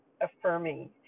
affirming